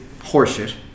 horseshit